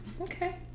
okay